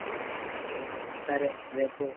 okay సరే రేపు